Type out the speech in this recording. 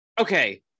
okay